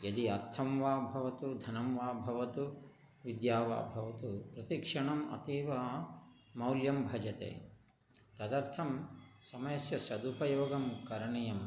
यदि अर्थं वा भवतु धनं वा भवतु विद्या वा भवतु प्रतिक्षणम् अतीव मौल्यं भजते तदर्थं समयस्य सदुपयोगं करणीयम्